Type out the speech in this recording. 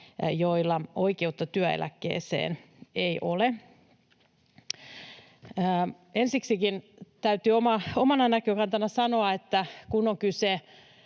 joilla oikeutta työeläkkeeseen ei ole. Ensiksikin täytyy omana näkökantanani sanoa, että kun on kyse